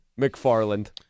McFarland